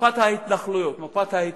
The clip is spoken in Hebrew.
מפת ההתיישבות.